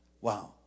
Wow